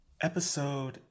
episode